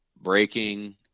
breaking